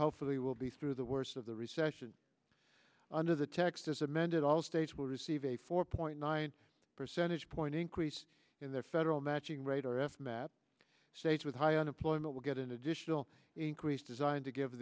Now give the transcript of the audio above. hopefully will be through the worst of the recession under the text as amended all states will receive a four point nine percentage point increase in their federal matching rate or if matt states with high unemployment will get an additional increase designed to give